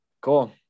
Cool